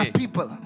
people